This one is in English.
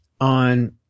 on